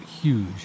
huge